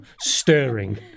stirring